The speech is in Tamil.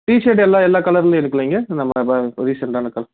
டீஷர்ட்டு எல்லா எல்லா கலர்லேயும் இருக்குல்லைங்க நம்ம ப ரீசண்ட்டான கலர்